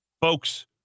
Folks